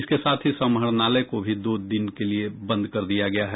इसके साथ ही समाहरणालय को भी दो दिन के लिए बंद कर दिया गया है